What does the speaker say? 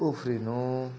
उफ्रिनु